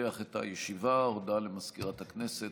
קכ"ד כנס מיוחד הישיבה המאה-ועשרים-וארבע של הכנסת